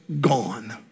gone